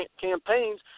campaigns